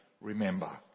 remember